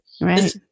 Right